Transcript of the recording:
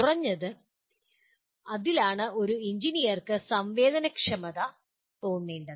കുറഞ്ഞത് അതിലാണ് ഒരു എഞ്ചിനീയർക്ക് സംവേദനക്ഷമത തോന്നേണ്ടത്